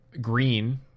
green